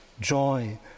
joy